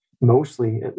mostly